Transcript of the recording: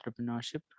entrepreneurship